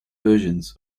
versions